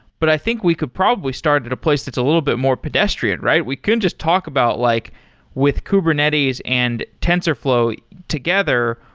but i think we could probably start at a place that's a little bit more pedestrian, right? we couldn't just talk about like with kubernetes and tensorflow together,